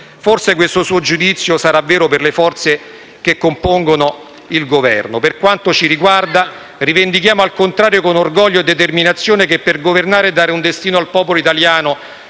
Forse questo suo giudizio sarà vero per le forze che compongono il Governo. Per quanto ci riguarda, rivendichiamo al contrario, con orgoglio e determinazione, che per governare e dare un destino al popolo italiano